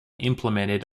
implemented